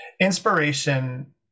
inspiration